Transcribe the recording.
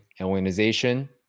organization